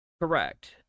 Correct